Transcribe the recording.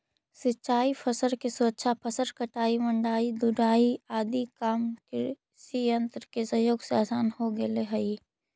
सिंचाई फसल के सुरक्षा, फसल कटाई, मढ़ाई, ढुलाई आदि काम कृषियन्त्र के सहयोग से आसान हो गेले हई